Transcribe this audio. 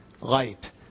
light